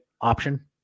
option